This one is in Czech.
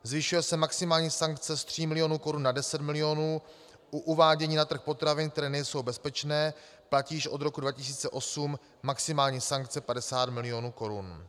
Zvyšuje se maximální sankce z 3 mil. korun na 10 mil., u uvádění na trh potravin, které nejsou bezpečné, platí již od roku 2008 maximální sankce 50 mil. korun.